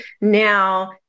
now